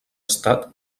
estat